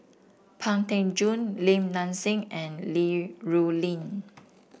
Pang Teck Joon Lim Nang Seng and Li Rulin